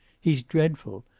he's dreadful.